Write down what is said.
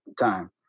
Time